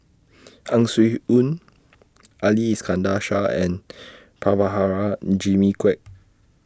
Ang Swee Aun Ali Iskandar Shah and Prabhakara Jimmy Quek